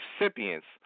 recipients